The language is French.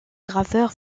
graveur